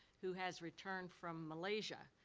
who has returned from malaysia.